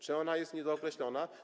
Czy ona jest niedookreślona?